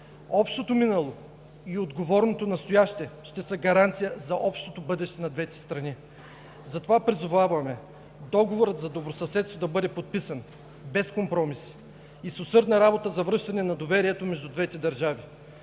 общото минало и отговорното настояще ще са гаранция за общото бъдеще на двете страни. Затова призоваваме Договорът за добросъседство да бъде подписан без компромис и с усърдна работа за връщане на доверието между двете държави